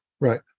Right